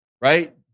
right